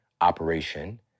operation